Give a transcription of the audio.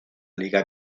liga